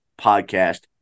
podcast